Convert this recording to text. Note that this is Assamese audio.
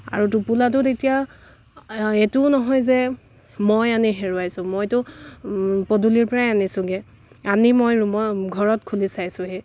আৰু টোপোলাটোত এতিয়া এইটোও নহয় যে মই আনি হেৰুওৱাইছোঁ মইতো পদুলিৰ পৰাই আনিছোঁ গৈ আনি মই ৰুমত ঘৰত খুলি চাইছোঁহি